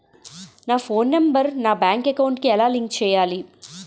నా phone number నా bank account కి ఎలా లింక్ చేయాలి?